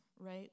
right